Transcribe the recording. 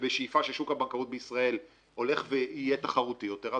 ובשאיפה ששוק הבנקאות בישראל ילך ויהיה תחרותי יותר,